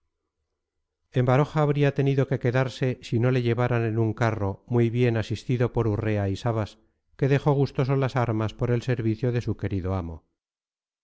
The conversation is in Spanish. en baroja habría tenido que quedarse si no le llevaran en un carro muy bien asistido por urrea y sabas que dejó gustoso las armas por el servicio de su querido amo